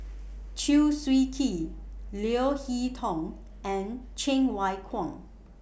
Chew Swee Kee Leo Hee Tong and Cheng Wai Keung